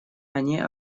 они